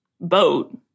Boat